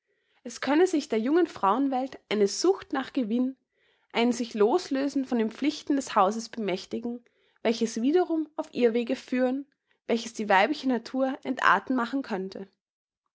es könne sich der jungen frauenwelt eine sucht nach gewinn ein sich loslösen von den pflichten des hauses bemächtigen welches wiederum auf irrwege führen welches die weibliche natur entarten machen könnte